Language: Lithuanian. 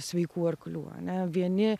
sveikų arklių ane vieni